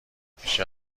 پیش